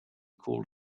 called